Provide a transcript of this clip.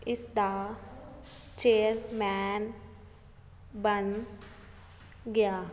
ਇਸ ਦਾ ਚੇਅਰਮੈਨ ਬਣ ਗਿਆ